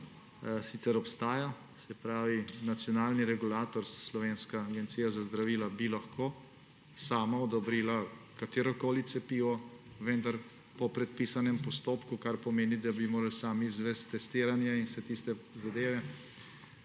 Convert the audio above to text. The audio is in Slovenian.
sicer obstaja. Se pravi, nacionalni regulator Slovenska agencija za zdravila bi lahko sama odobrila katerokoli cepivo, vendar po predpisanem postopku, kar pomeni, da bi morali sami izvesti testiranje in vse tiste